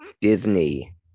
Disney